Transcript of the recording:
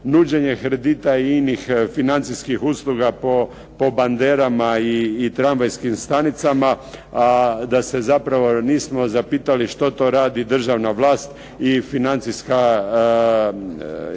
nuđenje kredita i inih financijskih usluga po banderama i tramvajskim stanicama a da se zapravo nismo zapitali što to radi državna vlast i financijska inspekcija